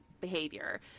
behavior